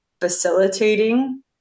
facilitating